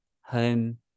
home